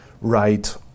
right